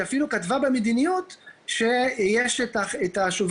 היא אפילו כתבה במדיניות שיש את שוברי